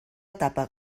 etapa